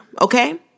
Okay